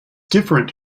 different